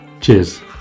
cheers